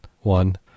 one